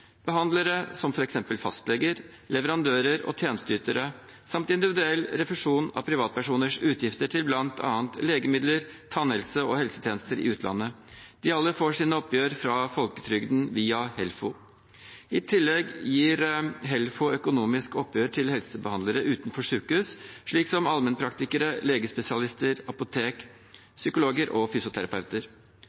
Behandlere som f.eks. fastleger, samt leverandører og tjenesteytere – og privatpersoner, gjennom individuell refusjon av deres utgifter til bl.a. legemidler, tannhelse og helsetjenester i utlandet – får alle sine oppgjør fra folketrygden via Helfo. I tillegg gir Helfo økonomisk oppgjør til helsebehandlere utenfor sykehus, slik som allmennpraktikere, legespesialister, apotek, psykologer og fysioterapeuter.